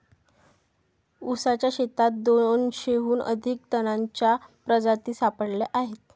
ऊसाच्या शेतात दोनशेहून अधिक तणांच्या प्रजाती सापडल्या आहेत